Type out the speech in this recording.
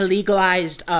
Legalized